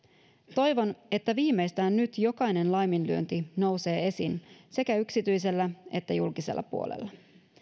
toivon että viimeistään nyt jokainen laiminlyönti nousee esiin sekä yksityisellä että julkisella puolella